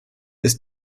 ist